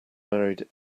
married